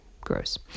gross